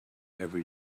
every